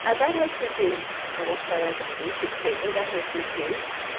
and that has reduced, i must say, over the years with treatment, that has reduced.